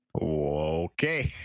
okay